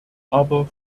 aber